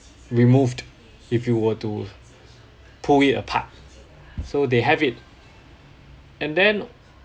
removed if you were to pull it apart so they have it and then